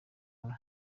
mula